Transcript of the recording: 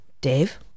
Dave